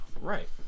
Right